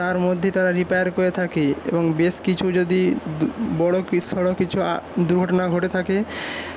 তার মধ্যে তারা রিপেয়ার করে থাকে এবং বেশ কিছু যদি বড়ো কেস ছাড়া কিছু আর দুর্ঘটনা ঘটে থাকে